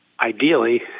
ideally